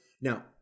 Now